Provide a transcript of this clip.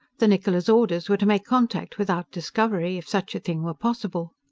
the niccola's orders were to make contact without discovery, if such a thing were possible.